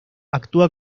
actúa